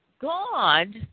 God